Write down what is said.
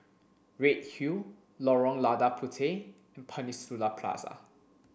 Redhill Lorong Lada Puteh and Peninsula Plaza